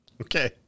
Okay